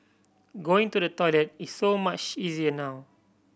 going to the toilet is so much easier now